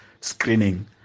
screening